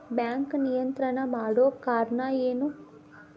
Bank ನಿಯಂತ್ರಣ ಮಾಡೊ ಕಾರ್ಣಾ ಎನು?